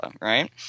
right